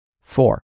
Four